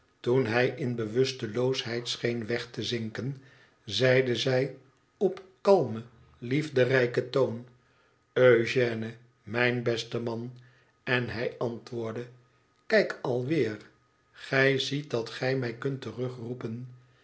toen hij in bewusteloosheid scheen weg te zinken zeide zij op kalmen liefderijken toon eugène mijn beste man en hij antwoordde kijk alweer gij ziet dat gij mij kunt